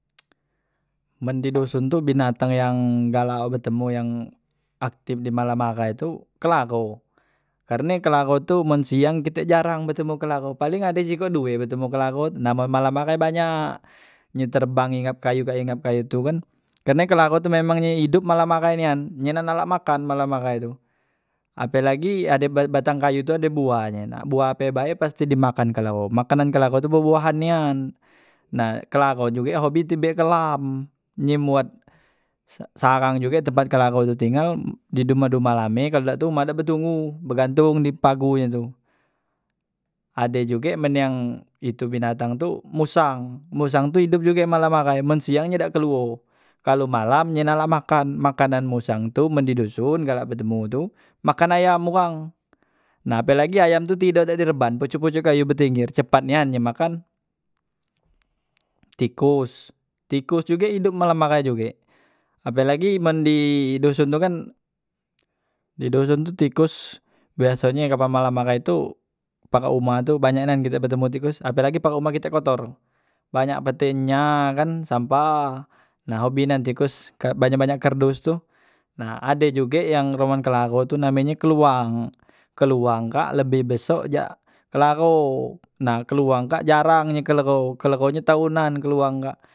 men di doson tu binatang yang galak betemu yang aktif di malam ahai tu kelagho karne kelagho tu men siang kite jarang betemu kelagho paling ade sikok due betemu kelagho nah men malam ahai banyak nye terbang hinggap kayu ke ye ngapai itu kan karne kelagho memang nye hidup malam ahai nian nye nak lak makan malam ahai tu, apelagi ade batang kayu te ade buah nye nak buah ape bae pasti di makan kelagho makanan kelagho tu buah buahan nian nah kelagho juge hobi tube kelam nye mbuat sarang juge tempat kelagho tu tinggal di dumah dumah lame kalu dak tu umah dak betunggu begantung di paguh nye tu ade juge men yang itu binatang tu musang, musang tu idup juge malam ahai men siang nye dak keluo kalu malam nye nak la makan makanan musang tu men di doson galak betemu tu makan ayam wang, nah apelagi ayam tu tido dak di reban pocok pocok kayu betengger cepat nian nye makan tikus tikus juge idup malam ahai juge apelagi men di doson tu kan di doson tu tikus biasonye kapan malam ahai tu parak humah tu banyak nian kite betemu tikus, apelagi parak humah kite kotor banyak petenya kan sampah nah hobi nian tikus ka banyak banyak kerdos tu, nah ade juge yang roman kelagho tu namenye keluwang, keluwang kak lebi beso cak kelagho nah keluwang kak jarang nye kelegho kelegho nye tahunan keluwang kak.